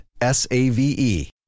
S-A-V-E